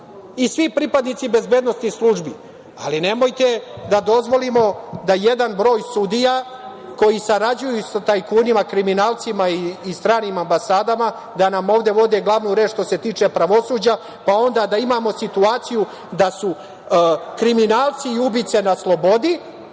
i svi pripadnici bezbednosnih službi, ali nemojte da dozvolimo da jedan broj sudija, koji sarađuju sa tajkunima, kriminalcima i stranim ambasadama da nam ovde vode glavnu reč što se tiče pravosuđa, pa onda da imamo situaciju da su kriminalci i ubice na slobodi,